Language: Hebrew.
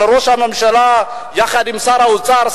אבל ראש הממשלה יחד עם שר האוצר,